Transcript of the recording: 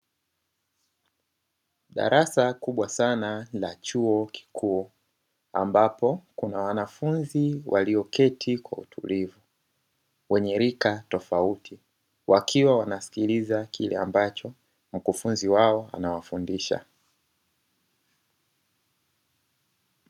Darasa kubwa sana la chuo kikuu ambapo kuna wanafunzi walioketi kwa utulivu wenye rika tofauti, wakiwa wanasikiliza kile ambacho mkufunzi wao ana wafundisha.